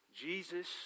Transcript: Jesus